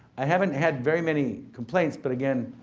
i haven't had very many complaints, but again,